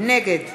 נגד